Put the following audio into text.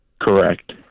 Correct